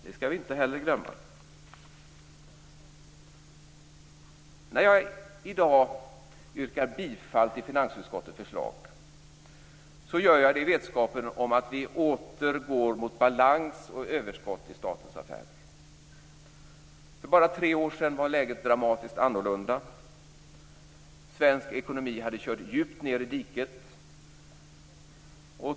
Det skall vi inte heller glömma. När jag i dag yrkar bifall till finansutskottets förslag så gör jag det i vetskapen om att vi åter går mot balans och överskott i statens affärer. För bara tre år sedan var läget dramatiskt annorlunda. Svensk ekonomi hade kört djupt ned i diket.